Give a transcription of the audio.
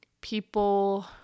people